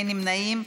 אין נמנעים.